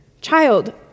Child